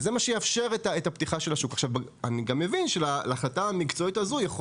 וזה מה שיאפשר את הפתיחה של השוק.